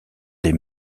des